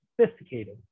sophisticated